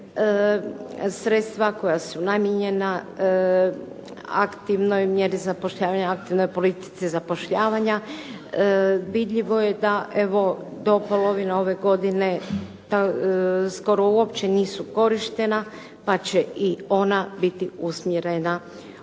sredstva koja su namijenjena aktivnoj mjeri zapošljavanja, aktivnoj politici zapošljavanja vidljivo je da evo, do polovine ove godine skoro uopće nisu korištena pa će i ona biti usmjerena u